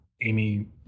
Amy